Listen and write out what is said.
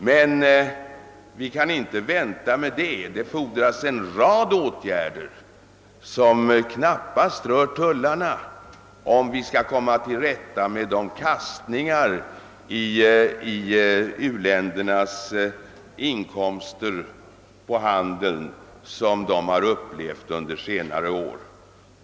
Men vi kan inte inskränka oss till detta; det fordras en rad åtgärder, som knappast rör tullarna, för att komma till rätta med de kastningar i uländernas inkomster på handeln som de upplevt under senare år.